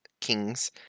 kings